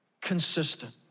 consistent